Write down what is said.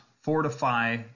fortify